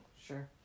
Sure